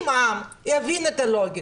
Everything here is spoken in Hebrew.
אם העם יבין את הלוגיקה,